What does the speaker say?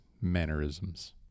mannerisms